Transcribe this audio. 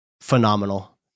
phenomenal